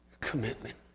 commitment